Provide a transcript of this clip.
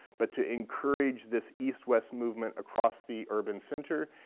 but to encourage this east-west movement across the urban center,